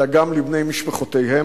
אלא גם לבני משפחותיהם,